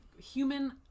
human